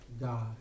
God